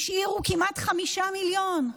השאירו כמעט 5 מיליון,